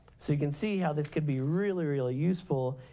so you can see how this could be really, really useful.